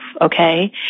Okay